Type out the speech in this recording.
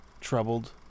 troubled